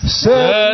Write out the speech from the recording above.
set